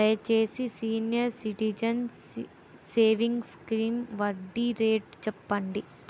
దయచేసి senior citizens savings scheme వడ్డీ rate చెప్పండి